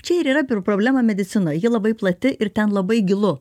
čia ir yra problemą medicinoj ji labai plati ir ten labai gilu